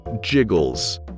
jiggles